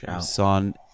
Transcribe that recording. Son